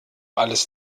alles